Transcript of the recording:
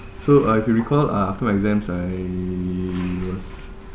so uh if you recall uh after my exams I was